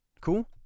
Cool